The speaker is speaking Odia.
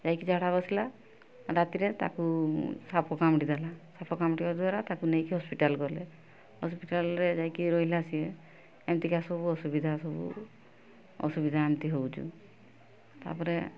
ଯାଇକି ଝାଡ଼ା ବସିଲା ରାତିରେ ତାକୁ ସାପ କାମୁଡ଼ିଦେଲା ସାପ କାମୁଡ଼ିବା ଦ୍ଵାରା ତାକୁ ନେଇକି ହସ୍ପିଟାଲ୍ ଗଲେ ହସ୍ପିଟାଲ୍ରେ ଯାଇକି ରହିଲା ସିଏ ଏମିତିକା ସବୁ ଅସୁବିଧା ସବୁ ଅସୁବିଧା ଏମିତି ହେଉଛି ତା'ପରେ